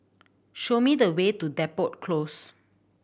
show me the way to Depot Close